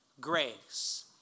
grace